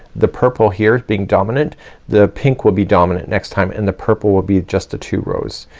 the purple here is being dominant the pink will be dominant next time and the purple will be just the two rows.